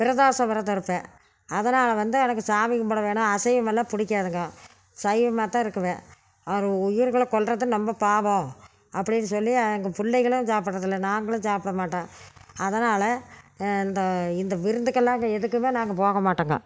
பிரதோஷம் விரதம் இருப்பேன் அதனால் வந்து எனக்கு சாமி கும்பிட வேணும் அசைவம் எல்லாம் பிடிக்காதுங்க சைவமாகத்தான் இருக்குவேன் ஒரு உயிர்களை கொல்வது ரொம்ப பாவம் அப்படின்னு சொல்லி எங்கள் பிள்ளைகளும் சாப்புடறதில்ல நாங்களும் சாப்பிட மாட்டோம் அதனால் இந்த இந்த விருந்துக்கெல்லாம் இங்கே எதுக்குமே நாங்கள் போக மாட்டோங்க